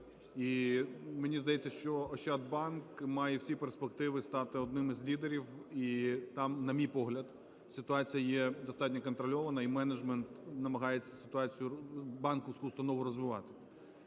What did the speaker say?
і, мені здається, що "Ощадбанк" має всі перспективи стати одним із лідерів і там, на мій погляд, ситуація є достатньо контрольована, і менеджмент намагається цю ситуацію… банківську установу розвивати.